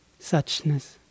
suchness